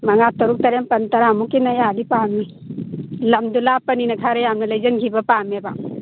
ꯃꯉꯥ ꯇꯔꯨꯛ ꯇꯔꯦꯠ ꯅꯤꯄꯥꯜ ꯇꯔꯥꯃꯨꯛꯀꯤ ꯃꯌꯥꯗꯤ ꯄꯥꯝꯃꯤ ꯂꯝꯗꯨ ꯂꯥꯞꯄꯅꯤꯅ ꯈꯔ ꯌꯥꯝꯅ ꯂꯩꯁꯤꯟꯈꯤꯕ ꯄꯥꯝꯃꯦꯕ